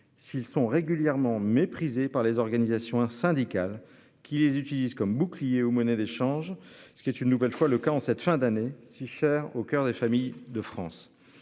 S'ils sont régulièrement méprisé par les organisations syndicales qui les utilisent comme boucliers aux monnaie d'échange. Ce qui est une nouvelle fois le cas en cette fin d'année si cher au coeur des familles de France.